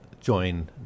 join